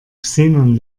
xenon